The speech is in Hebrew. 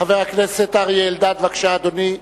חבר הכנסת אריה אלדד, בבקשה, אדוני.